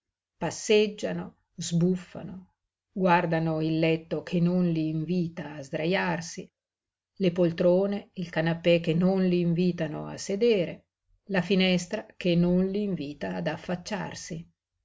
passeggiano sbuffano guardano il letto che non li invita a sdrajarsi le poltrone il canapè che non l invitano a sedere la finestra che non l invita ad affacciarsi